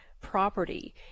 property